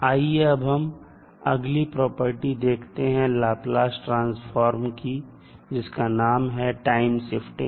आइए अब अगली प्रॉपर्टी देखते हैं लाप्लास ट्रांसफार्मर जिसका नाम है टाइम शिफ्टिंग